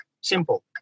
Simple